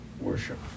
worship